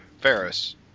ferris